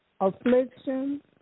affliction